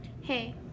Hey